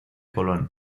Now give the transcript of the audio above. colón